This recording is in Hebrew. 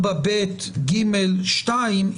רכס, שזה נשמע לי קצת מעקף.